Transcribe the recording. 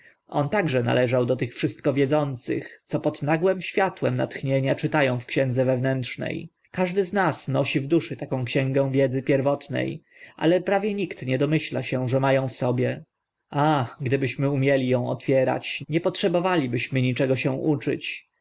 on także należał do tych wszystkowiedzących co pod nagłym światłem natchnienia czyta ą w księdze wewnętrzne każdy z nas nosi w duszy taką księgę wiedzy pierwotnej ale prawie nikt nie domyśla się że ą ma w sobie a gdybyśmy umieli ą otwierać nie potrzebowalibyśmy niczego się uczyć